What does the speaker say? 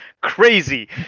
crazy